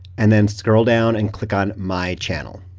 and then scroll down and click on my channel.